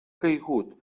caigut